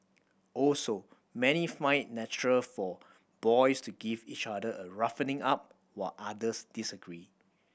also many find natural for boys to give each other a roughening up while others disagree